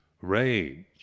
rage